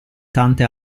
tante